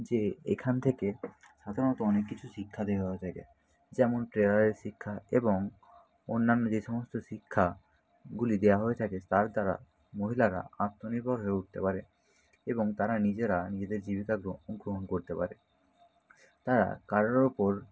যে এখান থেকে সাধারণত অনেক কিছু শিক্ষা দেওয়া হয়ে থাকে যেমন প্রেয়ারের শিক্ষা এবং অন্যান্য যে সমস্ত শিক্ষাগুলি দেওয়া হয়ে থাকে তার দ্বারা মহিলারা আত্মনির্ভর হয়ে উঠতে পারে এবং তারা নিজেরা নিজেদের জীবিকা গ্রহণ করতে পারে তারা কারোর উপর